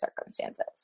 circumstances